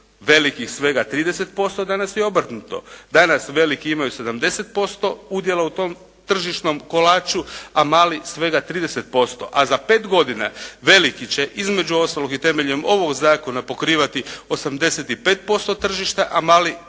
velikih svega 30%. Danas je obrnuto. Danas veliki imaju 70% udjela u tom tržišnom kolaču, a mali svega 30%. A za 5 godina veliki će između ostalog i temeljem ovog zakona pokrivati 85% tržišta a mali